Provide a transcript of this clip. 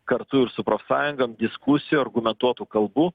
kartu ir su profsąjungom diskusijų argumentuotų kalbų